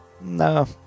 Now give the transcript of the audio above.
No